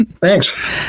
Thanks